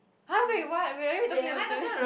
!huh! wait what wait are you talking on the same